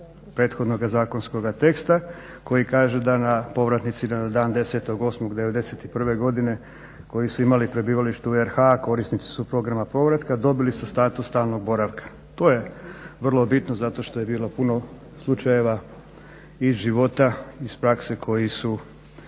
94.prethodnog zakonskoga teksta koji kaže da povratnici na dan 10.8.'91.godine koji su imali prebivalište u RH korisnici su programa povratka, dobili su status stalnog boravka. To je vrlo bitno zato što je bilo puno slučajeva iz života iz prakse koji su